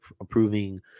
approving